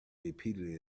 repeatedly